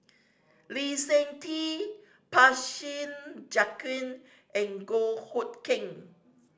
Lee Seng Tee Joaquim and Goh Hood Keng